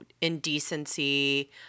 indecency